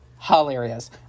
hilarious